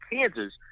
kansas